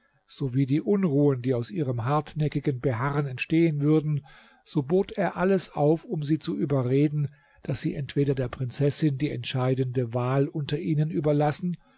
sowie die unruhen die aus ihrem hartnäckigen beharren entstehen würden so bot er alles auf um sie zu überreden daß sie entweder der prinzessin die entscheidende wahl unter ihnen überlassen